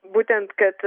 būtent kad